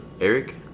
Eric